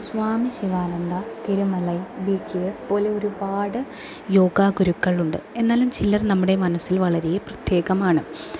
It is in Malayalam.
സ്വാമി ശിവാനന്ദ തിരുമലൈ ബീച്ചിയെസ് പോലെ ഒരുപാട് യോഗാ ഗുരുക്കൾ ഉണ്ട് എന്നാലും ചിലർ നമ്മുടെ മനസ്സിൽ വളരെ പ്രത്യേകമാണ്